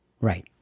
right